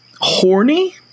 horny